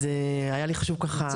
אז היה לי חשוב ככה,